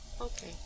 Okay